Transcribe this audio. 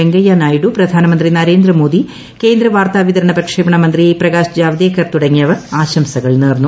വെങ്കയ്യ നായിഡു പ്രധാനമന്ത്രി നരേന്ദ്രമോദി കേന്ദ്ര വാർത്താ വിതരണ പ്രക്ഷേപണ മന്ത്രി പ്രകാശ് ജാവ്ദേക്കർ തുടങ്ങിയവർ ആശംസകൾ നേർന്നു